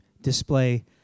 display